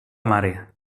mare